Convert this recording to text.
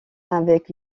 avec